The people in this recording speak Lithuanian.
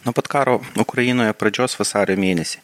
nuo pat karo ukrainoje pradžios vasario mėnesį